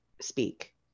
speak